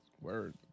Word